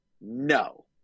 No